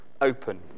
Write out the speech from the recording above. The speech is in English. open